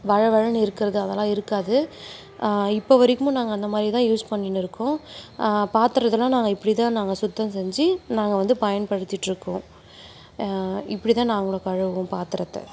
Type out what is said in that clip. வழ வழன்னு இருக்கிறது அதெல்லாம் இருக்காது இப்போ வரைக்கும் நாங்கள் அந்த மாதிரி தான் யூஸ் பண்ணின்னு இருக்கோம் பாத்திரத்தெல்லாம் நாங்கள் இப்படிதான் நாங்கள் சுத்தம் செஞ்சு நாங்கள் வந்து பயன்படுத்திகிட்ருக்கோம் இப்படிதான் நாங்களும் கழுவுவோம் பாத்திரத்த